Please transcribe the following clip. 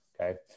Okay